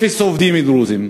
אפס עובדים דרוזים.